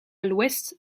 l’ouest